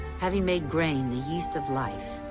having made grain the yeast of life,